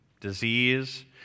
Disease